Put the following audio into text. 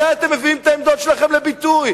מתי אתם מביאים את העמדות שלכם לביטוי?